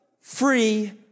free